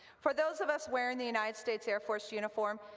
for those of us wearing the united states air force uniform,